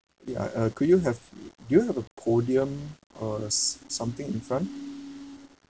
ya uh could you have do you have a podium uh s~ something in front